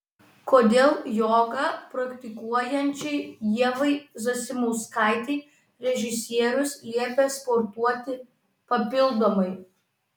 kodėl jogą praktikuojančiai ievai zasimauskaitei režisierius liepė sportuoti papildomai